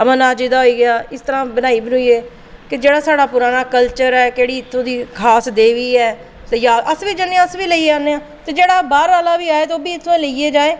अमरनाथ जी दा होइया इस तरह बनाइयै कि जेह्ड़ा साढ़ा पराना कल्चर ऐ कि साढ़ी इत्थूं दी खास देवी ऐ ते अस जन्ने आं अस बी लेई औने आं कि जेह्ड़ा बाहरा आह्ला बी ऐ ओह् इत्थुआं लेइयै जा